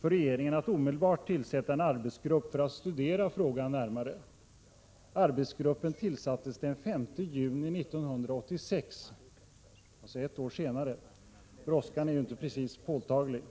för regeringen att omedelbart tillsätta en arbetsgrupp för att studera frågan närmare. Arbetsgruppen tillsattes den 5 juni 1986, ett år senare! Brådskan var ju inte precis påtaglig.